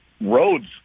roads